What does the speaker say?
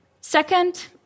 Second